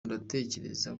ntekereza